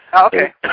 Okay